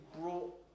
brought